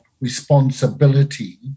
responsibility